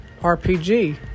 RPG